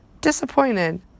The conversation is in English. Disappointed